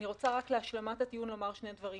רק להשלמת הטיעון אני רוצה לומר שני דברים,